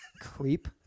Creep